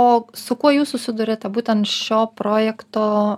o su kuo jūs susiduriate būtent šio projekto